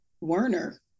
Werner